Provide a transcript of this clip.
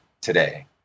today